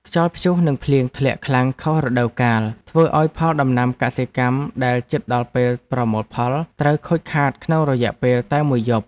ខ្យល់ព្យុះនិងភ្លៀងធ្លាក់ខ្លាំងខុសរដូវកាលធ្វើឱ្យផលដំណាំកសិកម្មដែលជិតដល់ពេលប្រមូលផលត្រូវខូចខាតក្នុងរយៈពេលតែមួយយប់។